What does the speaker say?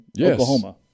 Oklahoma